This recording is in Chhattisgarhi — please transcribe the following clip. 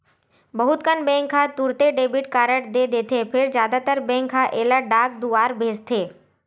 बहुत कन बेंक ह तुरते डेबिट कारड दे देथे फेर जादातर बेंक ह एला डाक दुवार भेजथे